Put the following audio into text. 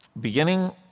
beginning